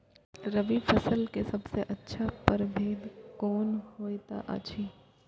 राय रबि फसल के सबसे अच्छा परभेद कोन होयत अछि?